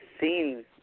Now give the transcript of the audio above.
seen